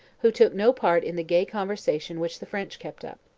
who took no part in the gay conversation which the french kept up.